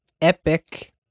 epic